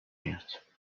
میاد